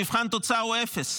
מבחן התוצאה הוא אפס.